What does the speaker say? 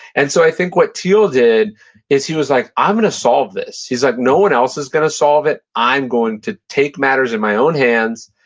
and so i think what thiel did is he was like, i'm going to solve this. he's like, no one else is going to solve it. i'm going to take matters in my own hands,